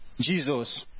Jesus